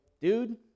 dude